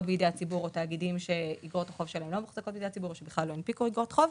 בידי הציבור או לא מוחזקים בידי הציבור ובכלל לא הנפיקו אגרות חוב.